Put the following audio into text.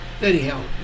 anyhow